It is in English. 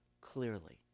clearly